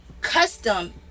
custom